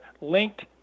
linked